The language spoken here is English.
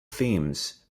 themes